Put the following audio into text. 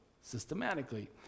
systematically